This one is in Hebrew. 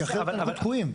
כי אחרת אנחנו תקועים.